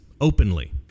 openly